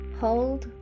hold